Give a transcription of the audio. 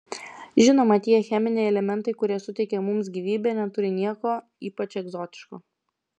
žinoma tie cheminiai elementai kurie suteikia mums gyvybę neturi nieko ypač egzotiško